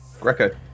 Greco